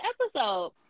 episode